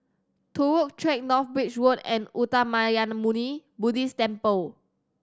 Turut Track North Bridge Road and Uttamayanmuni Buddhist Temple